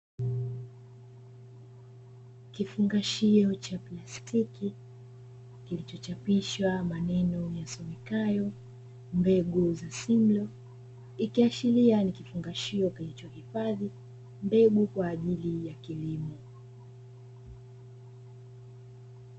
Kifungashio cha plastiki kilichochapishwa maneno yasomekayo "mbegu za Simlaw" ikiashiria ni kifungashio kilichohifadhi mbegu kwa ajili ya kilimo.